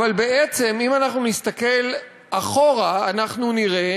אבל בעצם, אם אנחנו נסתכל אחורה, אנחנו נראה